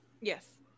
yes